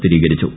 സ്ഥിരീകരിച്ചു